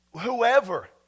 whoever